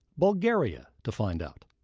bulgaria to find out